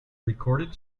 recorded